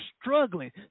struggling